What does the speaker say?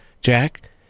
Jack